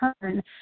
turn